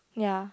ya